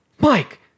Mike